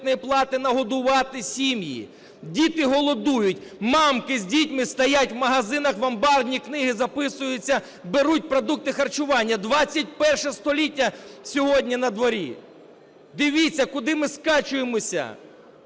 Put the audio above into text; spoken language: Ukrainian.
діти голодують, мамки з дітьми стоять в магазинах в амбарні книги записуються, беруть продукти харчування. ХХІ століття сьогодні на дворі! Дивіться, куди ми скочуємося.